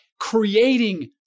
creating